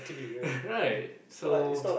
right so